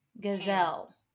gazelle